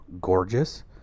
gorgeous